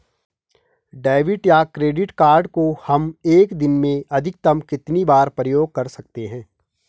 Debit या credit card को हम एक दिन में अधिकतम कितनी बार प्रयोग कर सकते हैं?